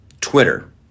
Twitter